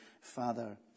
father